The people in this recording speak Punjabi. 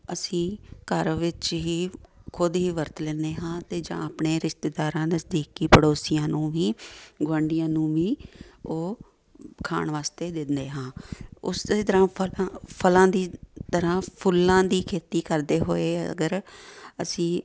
ਅਸੀਂ ਘਰ ਵਿੱਚ ਹੀ ਖੁਦ ਹੀ ਵਰਤ ਲੈਂਦੇ ਹਾਂ ਅਤੇ ਜਾਂ ਆਪਣੇ ਰਿਸ਼ਤੇਦਾਰਾਂ ਨਜ਼ਦੀਕੀ ਪੜੋਸੀਆਂ ਨੂੰ ਵੀ ਗੁਆਂਢੀਆਂ ਨੂੰ ਵੀ ਉਹ ਖਾਣ ਵਾਸਤੇ ਦਿੰਦੇ ਹਾਂ ਉਸੇ ਤਰ੍ਹਾਂ ਫਲਾਂ ਫਲਾਂ ਦੀ ਤਰ੍ਹਾਂ ਫੁੱਲਾਂ ਦੀ ਖੇਤੀ ਕਰਦੇ ਹੋਏ ਅਗਰ ਅਸੀਂ